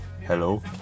Hello